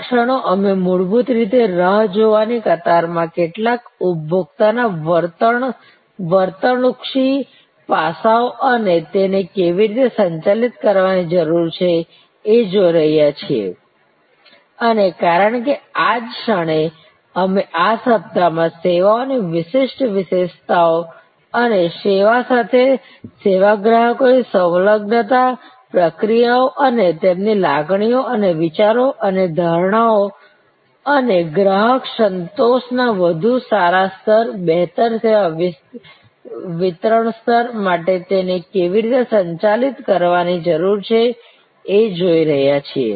આ ક્ષણે અમે મૂળભૂત રીતે રાહ જોવા ની કતાર માં કેટલાક ઉપભોક્તા ના વર્તણૂકલક્ષી પાસાઓ અને તેને કેવી રીતે સંચાલિત કરવાની જરૂર છે એ જોઈ રહ્યા છીએ અને કારણ કે આ જ ક્ષણે અમે આ સપ્તાહમાં સેવાઓની વિશિષ્ટ વિશેષતાઓ અને સેવા સાથે સેવા ગ્રાહકોની સંલગ્નતા પ્રક્રિયાઓ અને તેમની લાગણીઓ અને વિચારો અને ધારણાઓ અને ગ્રાહક સંતોષના વધુ સારા સ્તર બહેતર સેવા વિતરણ સ્તર માટે તેને કેવી રીતે સંચાલિત કરવાની જરૂર છે એ જોઈ રહ્યા છીએ